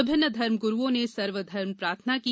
विभिन्न धर्मगुरुओं ने सर्वधर्म प्रार्थना की